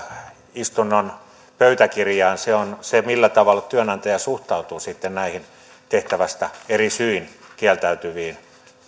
istunnon pöytäkirjaan se on se millä tavalla työnantaja suhtautuu näihin tehtävästä eri syin kieltäytyviin